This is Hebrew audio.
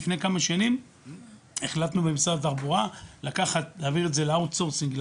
לפני כמה שנים החלטנו במשרד התחבורה להעביר את זה לאאוט סורסינג.